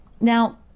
Now